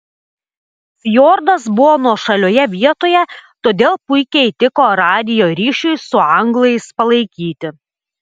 fjordas buvo nuošalioje vietoje todėl puikiai tiko radijo ryšiui su anglais palaikyti